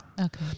Okay